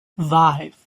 five